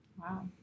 Wow